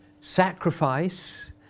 sacrifice